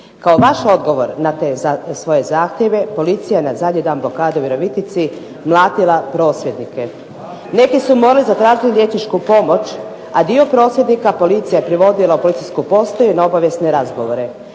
Kao vaš odgovor na te svoje zahtjeve policija je na zadnji dan blokade u Virovitici mlatila prosvjednike. Neki su morali zatražiti liječničku pomoć, a dio prosvjednika policija je privodila u policijsku postaju na obavijesne razgovore.